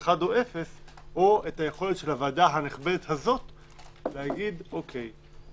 אחד או אפס או את היכולת של הוועדה הנכבדת הזאת להגיד: אוקיי,